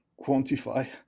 quantify